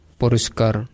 poriskar